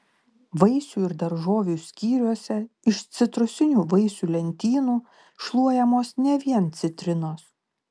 vaisių ir daržovių skyriuose iš citrusinių vaisių lentynų šluojamos ne vien citrinos